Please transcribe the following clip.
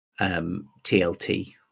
TLT